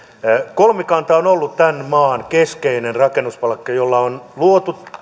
kolmikanta on ollut tämän maan keskeinen rakennuspalkki jolla on luotu